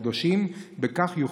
לא מכבד ולא